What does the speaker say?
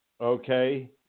okay